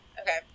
Okay